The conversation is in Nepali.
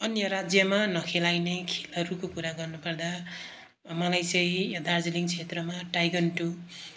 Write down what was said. अन्य राज्यमा नलेखाइने खेलहरूको कुरा गर्नुपर्दा मलाई चाहिँ दार्जिलिङ क्षेत्रमा ताइकोन्डो